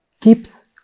keeps